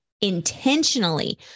intentionally